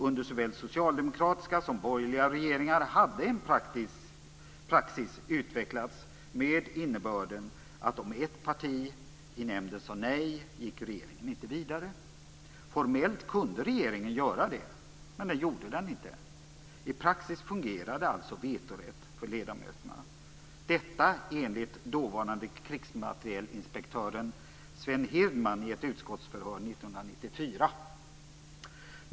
Under såväl socialdemokratiska som borgerliga regeringar hade en praxis utvecklats med innebörden att regeringen inte gick vidare om ett parti i nämnden sade nej. Formellt kunde regeringen göra det, men det gjorde den inte. I praxis fungerade alltså vetorätten för ledamöterna. Detta sade dåvarande krigsmaterielinspektören Sven Hirdman i ett utskottsförhör 1994.